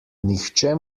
nihče